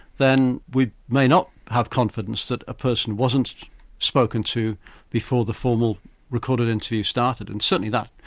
then we may not have confidence that a person wasn't spoken to before the formal recorded interview started, and certainly that.